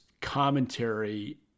commentary